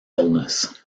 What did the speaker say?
illness